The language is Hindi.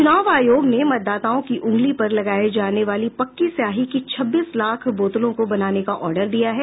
चुनाव आयोग ने मतदाताओं की उंगली पर लगाये जाने वाले पक्की स्याही की छब्बीस लाख बोतलों को बनाने का ऑर्डर दिया है